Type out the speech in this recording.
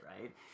right